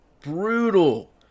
brutal